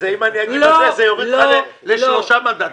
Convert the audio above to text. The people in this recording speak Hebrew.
אתמול הייתה לי שיחה על כמה נושאים עם שר האוצר,